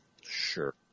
sure